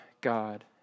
God